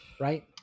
Right